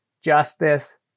justice